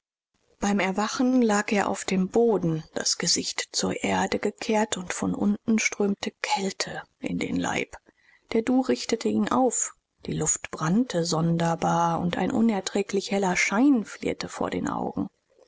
beim erwachen lag er auf dem boden das gesicht zur erde gekehrt und von unten strömte kälte in den leib der du richtete ihn auf die luft brannte sonderbar und ein unerträglich heller schein flirrte vor den augen